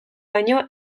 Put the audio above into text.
baino